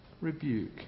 rebuke